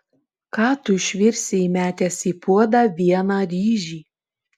ką tu išvirsi įmetęs į puodą vieną ryžį